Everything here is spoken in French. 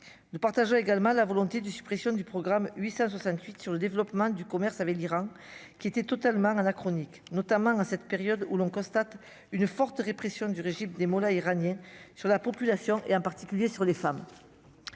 de portage également la volonté de suppression du programme 868 sur le développement du commerce avec l'Iran qui était totalement anachronique, notamment en cette période où l'on constate une forte répression du régime des mollahs iraniens sur la population et en particulier sur les femmes,